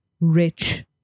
rich